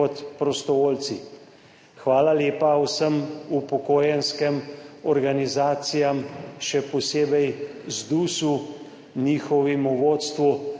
Hvala lepa vsem upokojenskim organizacijam, še posebej ZDUS, njihovemu vodstvu.